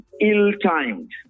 ill-timed